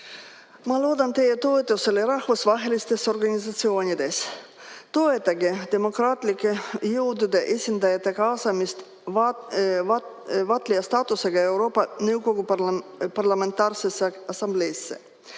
Loodan teie toetusele rahvusvahelistes organisatsioonides. Toetage demokraatlike jõudude esindajate kaasamist vaatlejastaatusega Euroopa Nõukogu Parlamentaarsesse Assambleesse!